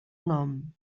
nom